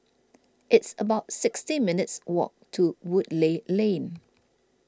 it's about sixty minutes' walk to Woodleigh Lane